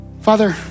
father